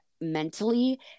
mentally